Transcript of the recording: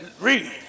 Read